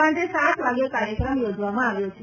સાંજે સાત વાગે કાર્યક્રમ યોજવામાં આવ્યો છે